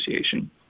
Association